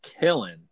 killing